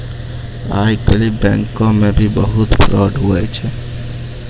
आइ काल्हि बैंको मे भी बहुत फरौड हुवै छै